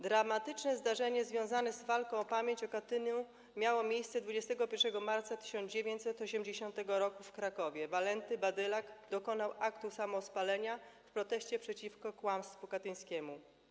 Dramatyczne zdarzenie związane z walką o pamięć o Katyniu miało miejsce 21 marca 1980 r. w Krakowie: Walenty Badylak dokonał aktu samospalenia w proteście przeciwko kłamstwu katyńskiemu.